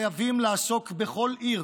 חייבים לעסוק בכל עיר